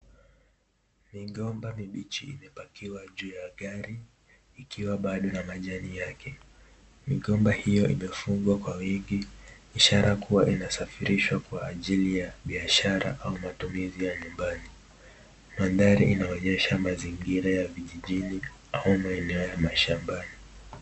Migomba mibichi imepakiwa juu ya gari, ikiwa bado na majani yake , migomba hio imefungwa kwa wingi ishara kuwa inasafirishwa kwa ajili ya biashara au matumizi ya nyumbani, mandhari inaonyesha mazingira ya kijijini au maeneo ya mashambani.